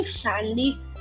sandy